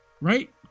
right